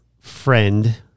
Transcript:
friend